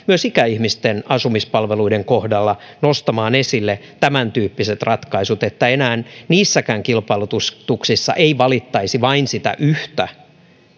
myös ikäihmisten asumispalveluiden kohdalla nostamaan esille tämäntyyppiset ratkaisut että enää niissäkään kilpailutuksissa ei valittaisi vain sitä yhtä